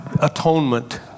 Atonement